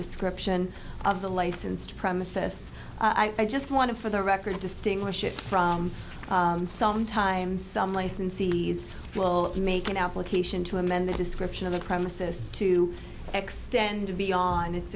description of the licensed premises i just want to for the record distinguish it from some time some licensees will make an application to amend the description of the premises to extend beyond it